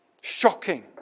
Shocking